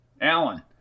Alan